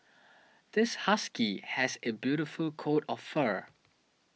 this husky has a beautiful coat of fur